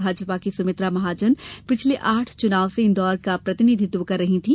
भाजपा की सुमित्रा महाजन पिछले आठ चुनाव से इंदौर का प्रतिनिधित्व कर रही थी